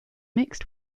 mixed